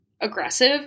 aggressive